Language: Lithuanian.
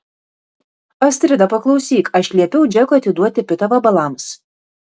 astrida paklausyk aš liepiau džekui atiduoti pitą vabalams